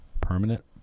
permanent